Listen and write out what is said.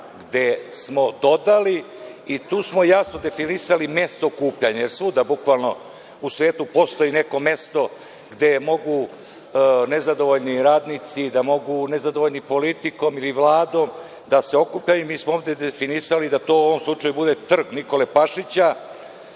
gde smo dodali, i tu smo jasno definisali mesto okupljanja, jer svuda u svetu postoji neko mesto gde mogu nezadovoljni radnici, nezadovoljni politikom ili Vladom, da se okupljaju i mi smo ovde definisali da to bude trg Nikole Pašića,